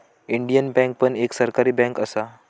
Indian bank पण एक सरकारी बँक असा